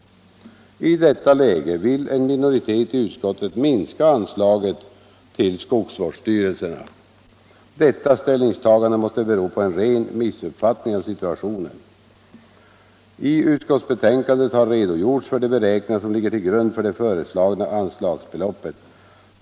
I detta läge vill en minoritet i utskottet minska anslaget till skogsvårdsstyrelserna. Detta ställningstagande måste bero på en ren missuppfattning av situationen. I utskottsbetänkandet har redogjorts för de beräkningar som ligger till grund för det föreslagna anslagsbeloppet.